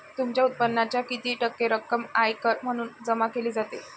तुमच्या उत्पन्नाच्या किती टक्के रक्कम आयकर म्हणून जमा केली जाते?